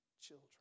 Children